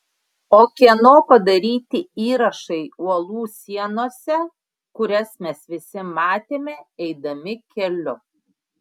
o kieno padaryti įrašai uolų sienose kurias mes visi matėme eidami keliu